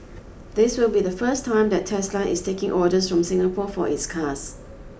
this will be the first time that Tesla is taking orders from Singapore for its cars